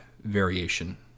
variation